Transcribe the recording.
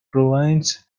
province